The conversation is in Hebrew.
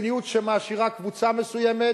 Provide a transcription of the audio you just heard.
היא מדיניות שמעשירה קבוצה מסוימת,